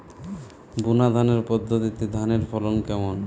বুনাধানের পদ্ধতিতে ধানের ফলন কেমন?